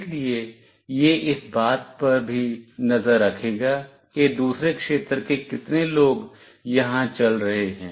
इसलिए यह इस बात पर भी नज़र रखेगा कि दूसरे क्षेत्र के कितने लोग यहाँ चल रहे हैं